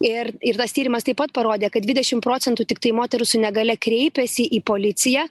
ir ir tas tyrimas taip pat parodė kad dvidešim procentų tiktai moterų su negalia kreipiasi į policiją